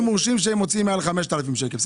מורשים שמוציאים מעל 5,000 שקלים,